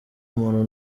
muntu